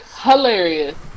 hilarious